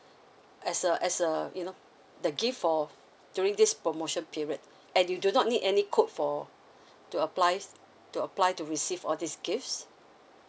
as uh as uh you know the gift for during this promotion period and you do not need any code for to applies to apply to receive all these gifts